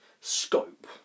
scope